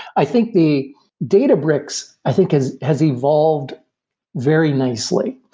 i think the databricks i think has has evolved very nicely.